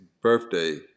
birthday